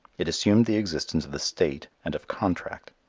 it assumed the existence of the state and of contract.